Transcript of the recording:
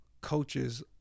coaches